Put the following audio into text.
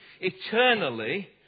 eternally